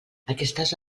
aquestes